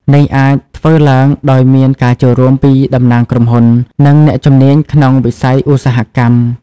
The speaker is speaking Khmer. នេះអាចធ្វើឡើងដោយមានការចូលរួមពីតំណាងក្រុមហ៊ុន និងអ្នកជំនាញក្នុងវិស័យឧស្សាហកម្ម។